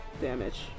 damage